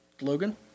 Logan